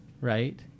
right